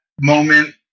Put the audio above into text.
moment